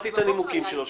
שמעתי את הנימוקים שלו,